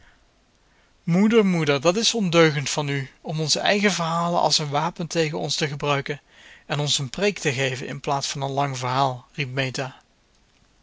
moeder moeder dàt is ondeugend van u om onze eigen verhalen als een wapen tegen ons te gebruiken en ons een preek te geven in plaats van een lang verhaal riep meta